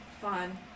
fun